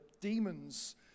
demons